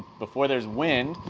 before there's wind,